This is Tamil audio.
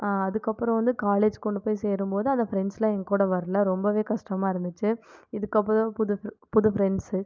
அதுக்கப்றம் வந்து காலேஜ் கொண்டு போய் சேரும்போது அந்த ஃபிரெண்ட்ஸுலாம் எங்கூட வரல ரொம்ப கஷ்டமாக இருந்துச்சு இதுக்கப்றம் புதுசு புது ஃபிரெண்ட்ஸு